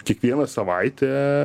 kiekvieną savaitę